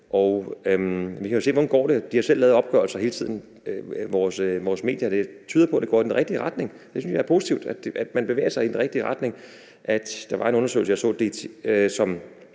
Vi kan jo se, hvordan det går. De, vores medier, har selv lavet opgørelser hele tiden. Det tyder på, at det går i den rigtige retning. Det synes jeg er positivt, altså at man bevæger sig i den rigtige retning. Der var en undersøgelse, jeg så, som